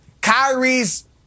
Kyrie's